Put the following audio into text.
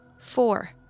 Four